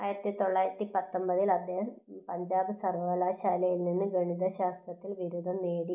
ആയിരത്തി തൊള്ളായിരത്തി പത്തൊമ്പതിൽ അദ്ദേഹം പഞ്ചാബ് സർവകലാശാലയിൽ നിന്ന് ഗണിത ശാസ്ത്രത്തിൽ ബിരുദം നേടി